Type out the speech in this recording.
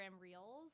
Reels